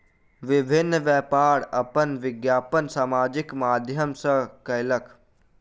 विभिन्न व्यापार अपन विज्ञापन सामाजिक माध्यम सॅ कयलक